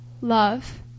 love